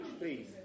please